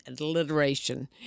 Alliteration